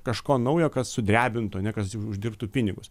kažko naujo kas sudrebintų ane kas uždirbtų pinigus